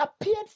appeared